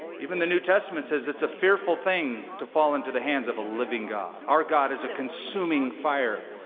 even the new testament says it's a fearful thing to fall into the hands of a living god. our god is a consuming fire,